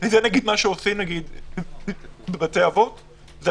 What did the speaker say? זה מה שעושים בבתי אבות.